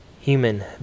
human